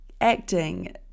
acting